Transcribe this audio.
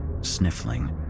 sniffling